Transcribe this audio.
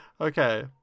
Okay